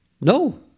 No